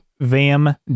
Vam